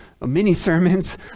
mini-sermons